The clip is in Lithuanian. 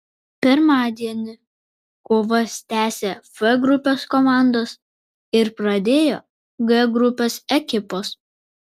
pirmadienį kovas tęsė f grupės komandos ir pradėjo g grupės ekipos